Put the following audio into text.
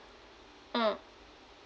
mm